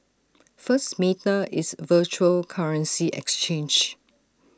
first meta is A virtual currency exchange